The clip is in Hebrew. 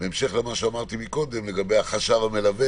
בהמשך למה שאמרתי קודם לגבי החשב המלווה